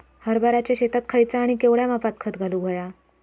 हरभराच्या शेतात खयचा आणि केवढया मापात खत घालुक व्हया?